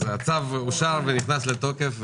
הצו אושר ונכנס לתוקף.